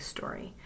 Story